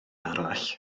arall